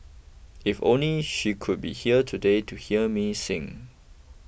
if only she could be here today to hear me sing